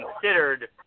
Considered